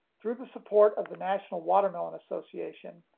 through the support of the national watermelon association,